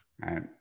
Right